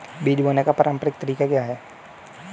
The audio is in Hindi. बीज बोने का पारंपरिक तरीका क्या है?